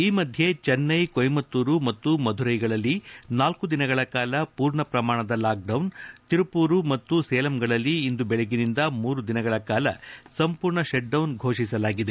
ಈ ಮಧ್ಯೆ ಚೆನ್ನೈ ಕೊಯಿಮತ್ತೂರು ಮತ್ತು ಮಧುರೈಗಳಲ್ಲಿ ನಾಲ್ಲು ದಿನಗಳ ಕಾಲ ಪೂರ್ಣ ಪ್ರಮಾಣದ ಲಾಕ್ಡೌನ್ ತಿರುಪೂರು ಮತ್ತು ಸೇಲಂಗಳಲ್ಲಿ ಇಂದು ವೆಳಗ್ಗಿನಿಂದ ಮೂರು ದಿನಗಳ ಸಂಪೂರ್ಣ ಶೆಟ್ಡೌನ್ ಫೋಷಿಸಲಾಗಿದೆ